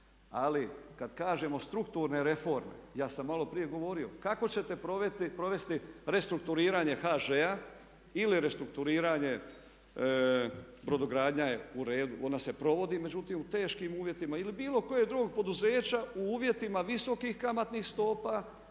ali kad kažemo strukturne reforme ja sam maloprije govorio kako ćete provesti restrukturiranje HŽ-a ili restrukturiranje brodogradnje, ona je u redu, ona se provodi međutim u teškim uvjetima ili bilo kojeg drugog poduzeća u uvjetima visokih kamatnih stopa,